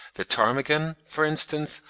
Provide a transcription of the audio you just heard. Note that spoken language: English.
the ptarmigan, for instance,